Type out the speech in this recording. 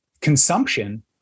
consumption